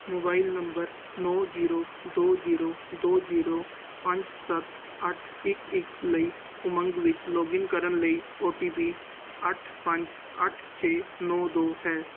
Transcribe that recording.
mobile number ਨੌਂ zero ਦੋ zero ਦੋ ਜ਼ੀਰੋ ਪੰਜ ਸੱਤ ਅੱਠ ਇੱਕ ਇੱਕ ਲਈ ਉਮੰਗ ਵਿੱਚ ਲੌਗਇਨ ਕਰਨ ਲਈ ਓ ਟੀ ਪੀ ਅੱਠ ਪੰਜ ਅੱਠ ਛੇ ਨੌਂ ਦੋ ਹੈ